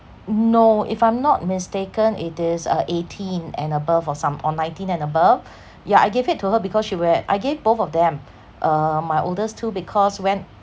n~ no if I'm not mistaken it is uh eighteen and above or some or nineteen and above yeah I gave it to her because she went I gave both of them uh my oldest two because when